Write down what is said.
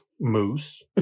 moose